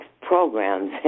programs